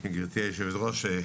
גברתי היושבת-ראש,